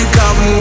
come